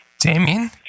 Damien